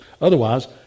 Otherwise